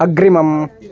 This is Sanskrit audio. अग्रिमम्